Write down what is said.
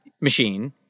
machine